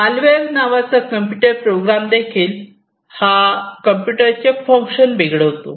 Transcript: malware नावाचा computer program हादेखील computer चे फंक्शन बिघडवतो